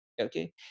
Okay